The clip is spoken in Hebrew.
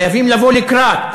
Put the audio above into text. חייבים לבוא לקראת,